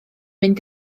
mynd